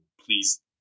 Please